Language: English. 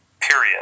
Period